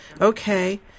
okay